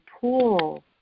pool